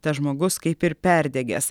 tas žmogus kaip ir perdegęs